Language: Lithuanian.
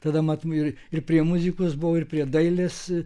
tada matom ir ir prie muzikos buvau ir prie dailės